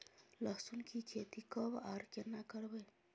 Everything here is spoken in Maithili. लहसुन की खेती कब आर केना करबै?